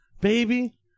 Baby